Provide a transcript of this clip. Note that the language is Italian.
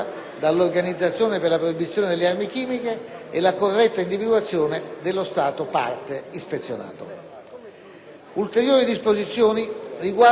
Ulteriori disposizioni riguardano la rendicontazione delle spese sostenute per lo svolgimento dell'ispezione, che devono essere trasmesse all'OPAC per il rimborso.